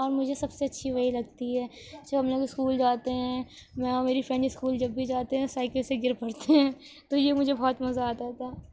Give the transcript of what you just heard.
اور مجھے سب سے اچھی وہی لگتی ہے جب ہم لوگ اسکول جاتے ہیں میں اور میری فرینڈ اسکول جب بھی جاتے ہیں سائیکل سے گر پڑتے ہیں تو یہ مجھے بہت مزہ آتا تھا